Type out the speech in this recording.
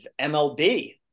MLB